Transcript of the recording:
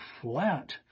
flat